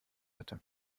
hatte